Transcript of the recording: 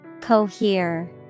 cohere